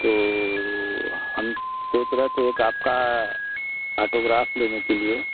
तो हम सोच रहे थे एक आपका ऑटोग्राफ लेने के लिए